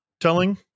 telling